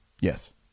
yes